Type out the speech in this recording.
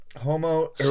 Homo